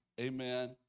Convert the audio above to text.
amen